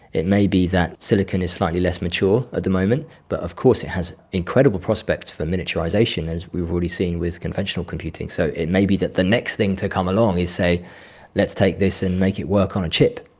it may be that silicon is slightly less mature at the moment, but of course it has incredible prospects for miniaturisation, as we've already seen with conventional computing. so it may be that the next thing to come along is say let's take this and make it work on a chip.